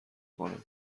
کنه